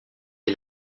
est